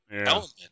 element